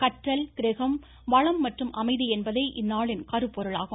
கற்றல் கிரகம் வளம் மற்றும் அமைதி என்பதே இந்நாளின் கருப்பொருளாகும்